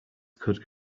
could